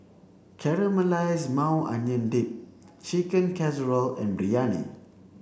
Caramelized Maui Onion Dip Chicken Casserole and Biryani